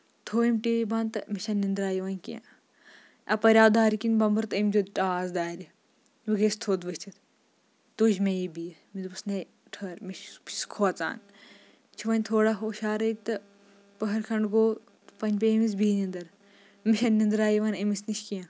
تھوو أمۍ T V بںد تہٕ مےٚ چھےٚ نہٕ نیندرا یِوان کیٚنٛہہ اَپٲرۍ آو دارِ کِنۍ بۄمبُر تہٕ أمۍ دیُت ٹاس دارِ بہٕ گٔیَس تھوٚد ؤتھِتھ تُج مےٚ یہِ بیٚیہِ مےٚ دوٚپُس نے ٹھٔہر مےٚ چھس بہٕ چھَس کھوژان چھُ وۄنۍ تھوڑا ہوشارٕے تہٕ پٔہر کھنڈ گوٚو وۄنۍ پیٚیہِ أمِس بیٚیہِ نیندٕر مےٚ چھےٚ نہٕ نیندٕرا یِوان أمِس نِش کیٚنہہ